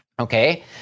okay